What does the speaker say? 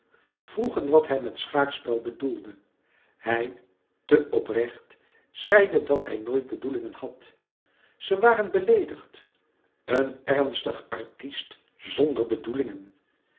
vroegen wat hij met schaakspel bedoelde hij te oprecht zeide dat hij nooit bedoelingen had ze waren beleedigd een ernstig artist zonder bedoelingen